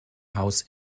haus